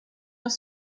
will